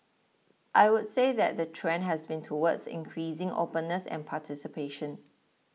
I would say that the trend has been towards increasing openness and participation